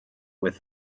with